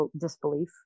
disbelief